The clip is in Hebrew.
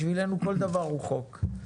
בשבילנו כל דבר הוא חוק,